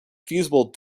feasible